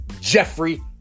Jeffrey